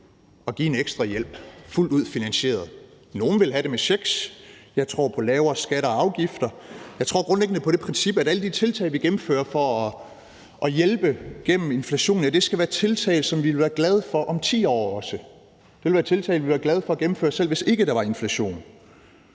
at give en ekstra hjælp fuldt ud finansieret. Nogle vil give den i form af checks. Jeg tror på lavere skatter og afgifter. Jeg tror grundlæggende på det princip, at alle de tiltag, vi gennemfører for at hjælpe os gennem inflationen, skal være tiltag, som vi også vil være glade for om 10 år. Det skal være tiltag, vi ville være glade for at gennemføre, selv hvis der ikke var inflation.